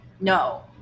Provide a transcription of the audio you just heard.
no